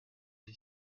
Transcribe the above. del